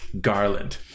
Garland